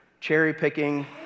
cherry-picking